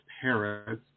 Paris